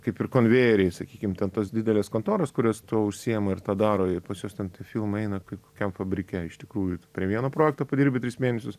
kaip ir konvejeriai sakykim ten tos didelės kontoros kurios tuo užsiima ir tą daro ir pas juos ten filmai eina kaip kokiam fabrike iš tikrųjų prie vieno projekto padirbi tris mėnesius